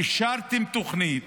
אישרתם תוכנית.